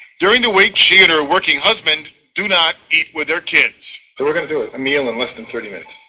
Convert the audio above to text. during the week she and her working husband do not eat with their kids. we're going to do a meal in less than thirty minutes.